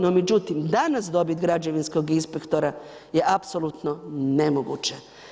No međutim, danas dobiti građevinskog inspektora je apsolutno nemoguće.